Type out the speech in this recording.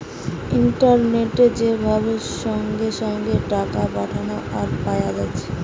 ইন্টারনেটে যে ভাবে সঙ্গে সঙ্গে টাকা পাঠানা আর পায়া যাচ্ছে